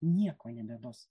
nieko nebebus